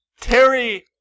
Terry